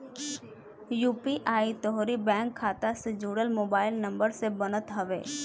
UPI तोहरी bank खाता से जुड़ल मोबाइल नंबर से बनत हवे